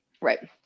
Right